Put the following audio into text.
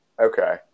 Okay